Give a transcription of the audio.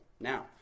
now